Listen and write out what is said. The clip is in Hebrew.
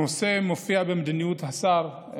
הנושא מופיע במדיניות השר,